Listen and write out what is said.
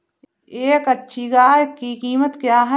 एक अच्छी गाय की कीमत क्या है?